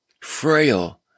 frail